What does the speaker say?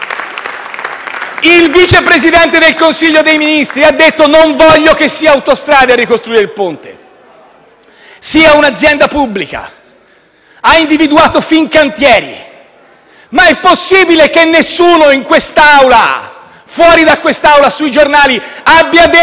Il Vice Presidente del Consiglio dei ministri ha detto: non voglio che sia Autostrade a ricostruire il ponte, bensì un'azienda pubblica. Ha individuato Fincantieri. Ma è possibile che nessuno in quest'Aula, fuori dall'Aula e sui giornali abbia detto